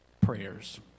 prayers